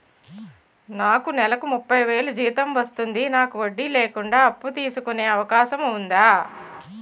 నాకు నేలకు ముప్పై వేలు జీతం వస్తుంది నాకు వడ్డీ లేకుండా అప్పు తీసుకునే అవకాశం ఉందా